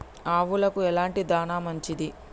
ఆవులకు ఎలాంటి దాణా మంచిది?